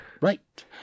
Right